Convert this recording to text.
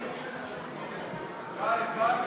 די, הבנו.